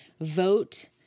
Vote